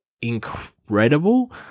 incredible